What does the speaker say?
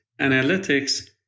analytics